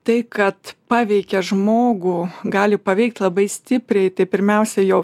tai kad paveikia žmogų gali paveikt labai stipriai tai pirmiausia jo